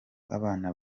abana